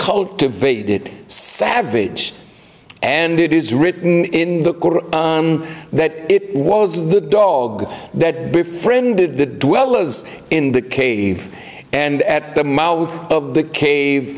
cultivated savage and it is written in the code that it was the dog that befriended the dwellers in the cave and at the mouth of the cave